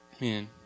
Man